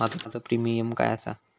माझो प्रीमियम काय आसा?